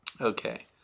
Okay